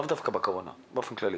לאו דווקא בקורונה אלא באופן כללי,